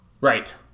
Right